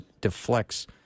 deflects